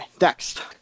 Next